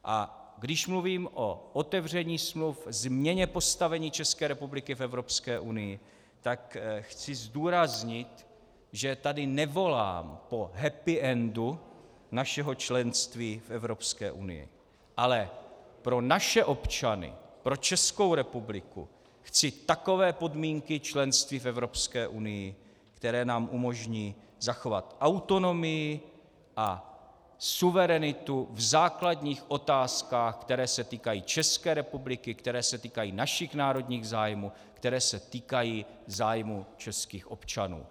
A když mluvím o otevření smluv, změně postavení České republiky v Evropské unii, tak chci zdůraznit, že tady nevolám po happyendu našeho členství v Evropské unii, ale pro naše občany, pro Českou republiku chci takové podmínky členství v Evropské unii, které nám umožní zachovat autonomii a suverenitu v základních otázkách, které se týkají České republiky, které se týkají našich národních zájmů, které se týkají zájmů českých občanů.